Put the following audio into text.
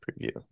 Preview